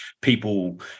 people